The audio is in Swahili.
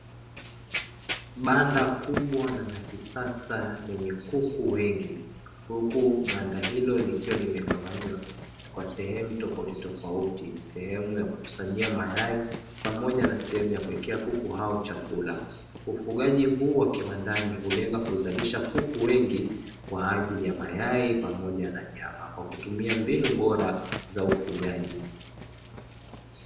Banda kubwa na la kisasa lenye kuku wengi huku banda hilo likiwa limegawanywa kwa sehemu tofautitofauti, sehemu ya kukusanyia mayai pamoja na sehemu ya kuwaekea kuku hao chakula, ufugaji huu wa kiwandani hulenga kuzalisha kuku wengi kwa ajili ya mayai pamoja na nyama kwa kutumia mbinu bora za ufugaji.